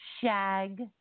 Shag